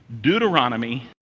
Deuteronomy